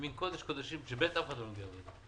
זה קודש קודשים שאף אחד לא נוגע בה.